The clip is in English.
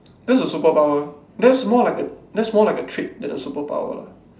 that's a superpower that's more like that's more like a trick than a superpower lah